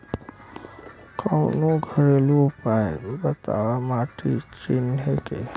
कवनो घरेलू उपाय बताया माटी चिन्हे के?